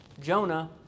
Jonah